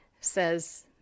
says